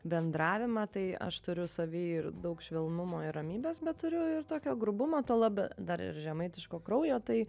bendravimą tai aš turiu savy ir daug švelnumo ir ramybės bet turiu ir tokio grubumo tuo laba dar ir žemaitiško kraujo tai